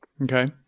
Okay